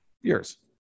years